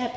Jeg